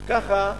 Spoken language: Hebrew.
ככה,